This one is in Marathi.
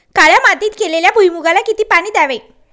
काळ्या मातीत केलेल्या भुईमूगाला किती पाणी द्यावे?